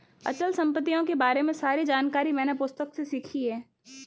अचल संपत्तियों के बारे में सारी जानकारी मैंने पुस्तक से सीखी है